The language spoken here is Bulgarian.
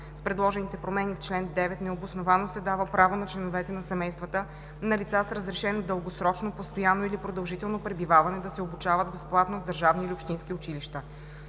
С предложените промени в чл. 9 необосновано се дава право на членовете на семействата на лица с разрешено дългосрочно, постоянно или продължително пребиваване да се обучават безплатно в държавни или общински училища.